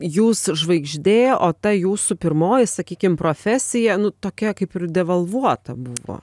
jūs žvaigždė o ta jūsų pirmoji sakykim profesija nu tokia kaip ir devalvuota buvo